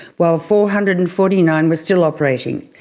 while four hundred and forty nine were still operating.